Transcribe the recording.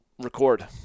record